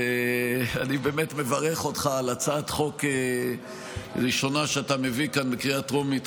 אני באמת מברך אותך על הצעת חוק ראשונה שאתה מביא כאן בקריאה טרומית.